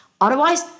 Otherwise